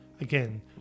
Again